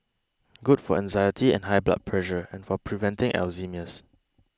good for anxiety and high blood pressure and for preventing Alzheimer's